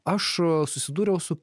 aš susidūriau su